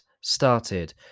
started